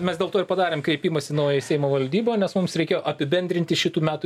mes dėl to ir padarėm kreipimąsi naują į seimo valdybą nes mums reikėjo apibendrinti šitų metų